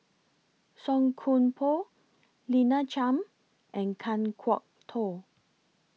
Song Koon Poh Lina Chiam and Kan Kwok Toh